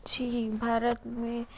چھی بھارت میں